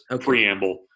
preamble